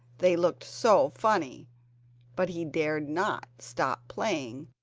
they looked so funny but he dared not stop playing,